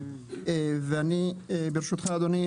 וברשותך אדוני,